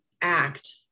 act